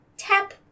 Tap